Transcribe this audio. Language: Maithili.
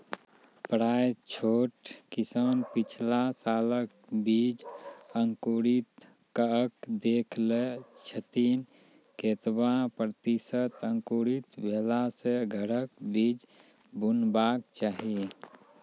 प्रायः छोट किसान पिछला सालक बीज अंकुरित कअक देख लै छथिन, केतबा प्रतिसत अंकुरित भेला सऽ घरक बीज बुनबाक चाही?